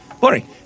boring